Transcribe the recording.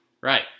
Right